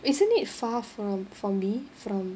isn't it far from from me from